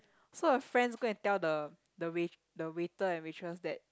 so her friends go and tell the the wai~ the waiter and waitress that